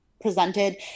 presented